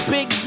Big